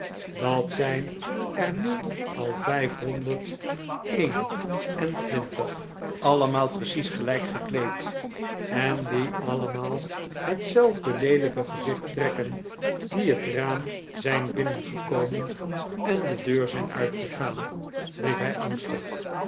dat zijn er nu al vijfhonderd een en twintig allemaal precies gelijk gekleed en die allemaal hetzelfde leelijke gezicht trekken die het raam zijn binnengekomen en de deur zijn uitgegaan riep hij angstig